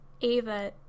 Ava